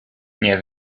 nie